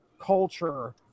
culture